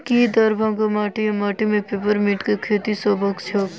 की दरभंगाक माटि वा माटि मे पेपर मिंट केँ खेती सम्भव छैक?